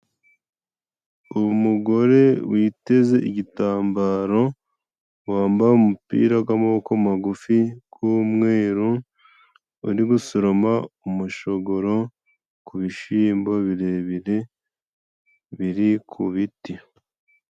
Umugore witeze igitambaro wambaye umupira, gw'amaboko magufi k'umweru. Uri gusoroma umushogoro, ku bishimbo birebire biri ku biti.